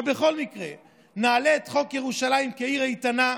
אבל בכל מקרה נעלה את חוק ירושלים כעיר איתנה,